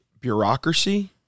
bureaucracy